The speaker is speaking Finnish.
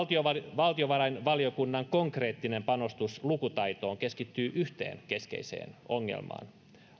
valtiovarainvaliokunnan konkreettinen panostus lukutaitoon keskittyy yhteen keskeiseen ongelmaan